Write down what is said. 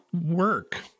work